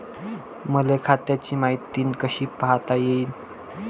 मले खात्याची मायती कशी पायता येईन?